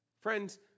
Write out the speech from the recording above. Friends